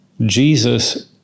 Jesus